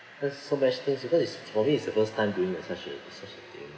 because so much things because it's for me it's the first time doing such a such a thing